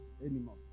anymore